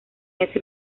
ese